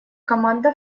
команда